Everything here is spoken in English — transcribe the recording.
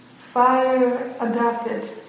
fire-adapted